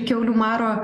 kiaulių maro